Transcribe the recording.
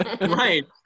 Right